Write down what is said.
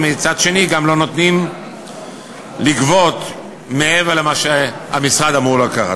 ומצד שני גם לא נותנים לגבות מעבר למה שהמשרד אמור לקחת.